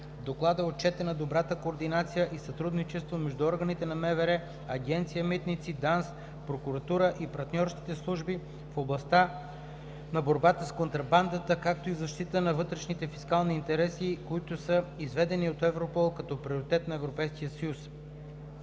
Доклада е отчетена добрата координация и сътрудничество между органите на Министерството на вътрешните работи, Агенция „Митници“, ДАНС, прокуратурата и партньорските служби в областта на борбата с контрабандата, както и в защита на вътрешните фискални интереси, които са изведени от Европол като приоритет на Европейския съюз.